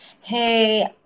hey